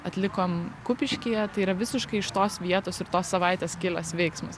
atlikom kupiškyje tai yra visiškai iš tos vietos ir tos savaitės kilęs veiksmas